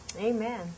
Amen